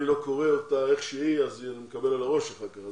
לא קורא אותה איך שהיא אני מקבל על הראש אחר כך,